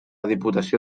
diputació